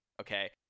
okay